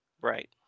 Right